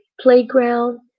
playground